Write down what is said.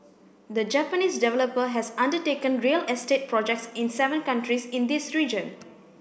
the Japanese developer has undertaken real estate projects in seven countries in this region